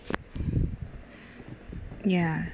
ya